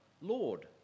Lord